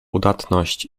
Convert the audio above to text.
udatność